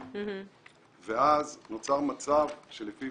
ואז נוצר מצב שלפיו,